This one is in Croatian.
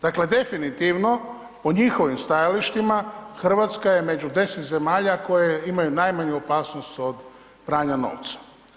Dakle definitivno po njihovim stajalištima, Hrvatska je među 10 zemalja koje imaju najmanju opasnost od pranja novca.